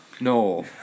No